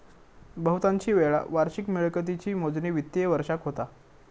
बहुतांशी वेळा वार्षिक मिळकतीची मोजणी वित्तिय वर्षाक होता